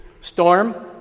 storm